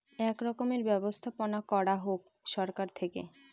এক রকমের ব্যবস্থাপনা করা হোক সরকার থেকে